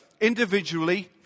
individually